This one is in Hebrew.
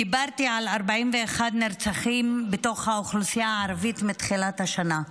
דיברתי על 41 נרצחים באוכלוסייה הערבית מתחילת השנה.